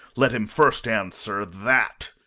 let him first answer that.